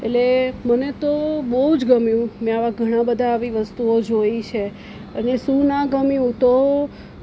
એટલે મને તો બહુ જ ગમ્યું મેં આવાં ઘણાં બધા આવી વસ્તુઓ જોઈ છે અને શું ના ગમ્યું તો